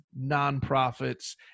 nonprofits